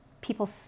people